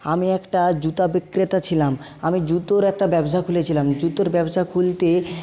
আমি একটা জুতা বিক্রেতা ছিলাম আমি জুতোর একটা ব্যবসা খুলেছিলাম জুতোর ব্যবসা খুলতে